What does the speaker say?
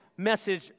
message